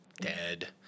dead